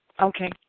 okay